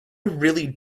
really